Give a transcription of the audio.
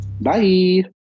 Bye